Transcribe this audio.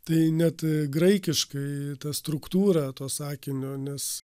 tai net graikiškai ta struktūra to sakinio nes